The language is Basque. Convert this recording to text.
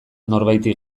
norbaiti